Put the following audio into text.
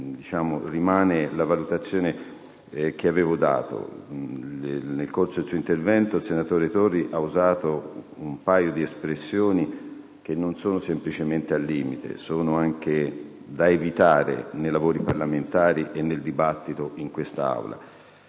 la valutazione che ho già espresso. Nel corso del suo intervento, il senatore Torri ha usato un paio di espressioni che non sono semplicemente al limite, ma sono da evitare nei lavori parlamentari e nel dibattito in quest'Aula.